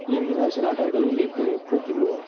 evening ஆகிருச்சின்னா daily இப்போ பூ பின்னுவோம்